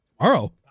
tomorrow